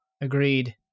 Agreed